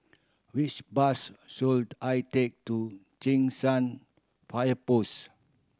which bus should I take to Cheng San Fire Post